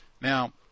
Now